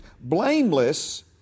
Blameless